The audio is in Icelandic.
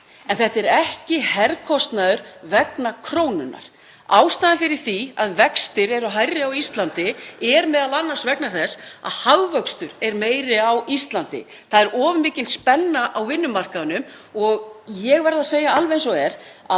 En þetta er ekki herkostnaður vegna krónunnar. Ástæðan fyrir því að vextir eru hærri á Íslandi er m.a. vegna þess að hagvöxtur er meiri á Íslandi. Það er of mikil spenna á vinnumarkaðnum. Ég verð að segja alveg eins og er að